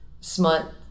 smut